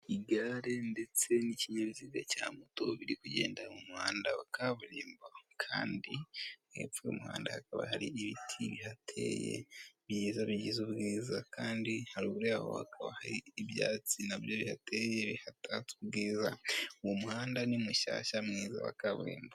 Igare ndetse n'ikinyabiziga cya moto biri kugenda mu muhanda wa kaburimbo kandi hepfo y'uwo muhanda hakaba hari ibiti bihateye byiza bihagize ubwiza kandi harugura yaho hakaba hari ibyatsi bihateye bihatatse ubwiza. uwo muhanda ni mushyashya mwiza wa kaburimbo.